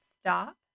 stop